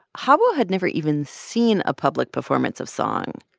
xawa had never even seen a public performance of song.